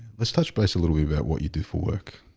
let's touch base a little bit about what you do for work.